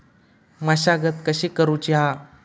मशागत कशी करूची हा?